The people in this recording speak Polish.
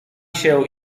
się